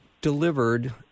delivered